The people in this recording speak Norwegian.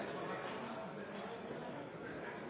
det var dårlig at det